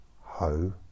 ho